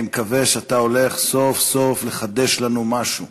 אני מקווה שאתה הולך סוף-סוף לחדש לנו משהו.